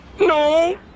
No